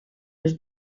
les